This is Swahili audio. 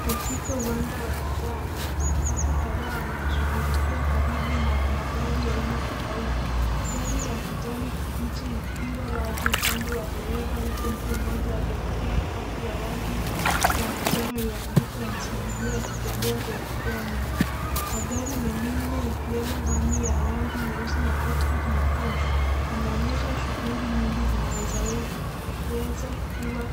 Katika uwanda wa kijani watu kadhaa wanaoshughulikia karibu na gari aina tofauti. Gari la kijani kibichi likiwa wazi upande wa dereva huku mtu mmoja amevalia koti la rangi ya manjano lililoandikwa NCBA akitembea kuelekea nyuma. Magari mengine ikiwemo ya rangi nyeusi na tuktuk nyekundu yanaonyesha shughuli nyingi zinaweza kuwa